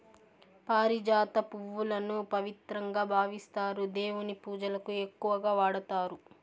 పారిజాత పువ్వులను పవిత్రంగా భావిస్తారు, దేవుని పూజకు ఎక్కువగా వాడతారు